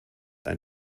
ein